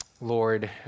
Lord